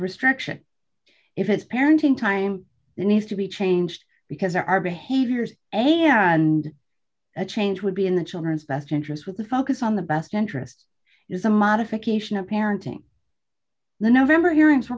restriction if it's parenting time that needs to be changed because there are behaviors a and a change would be in the children's best interests with the focus on the best interest is a modification of parenting the november hearings were